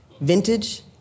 Vintage